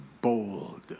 Bold